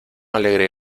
alegre